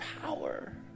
power